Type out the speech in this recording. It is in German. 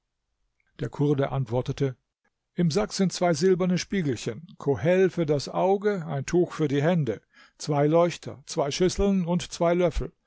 der kurde antwortete im sack sind zwei silberne spiegelchen kohel für das auge ein tuch für die hände zwei leuchter zwei schüsseln und zwei löffel